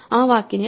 ആ വാക്കിനെ അല്ല